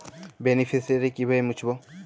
Beneficiary কিভাবে মুছব?